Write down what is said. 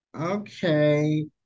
okay